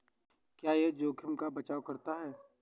क्या यह जोखिम का बचाओ करता है?